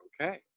okay